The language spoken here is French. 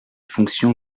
fonction